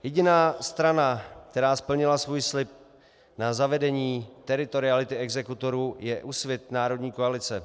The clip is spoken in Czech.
Jediná strana, která splnila svůj slib na zavedení teritoriality exekutorů, je Úsvit národní koalice.